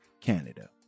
Canada